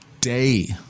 day